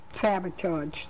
sabotaged